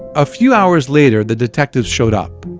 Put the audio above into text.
a few hours later, the detectives showed up.